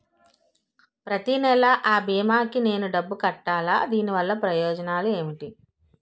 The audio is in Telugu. ప్రతినెల అ భీమా కి నేను డబ్బు కట్టాలా? దీనివల్ల ప్రయోజనాలు ఎంటి?